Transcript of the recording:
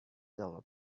dollars